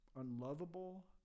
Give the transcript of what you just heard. unlovable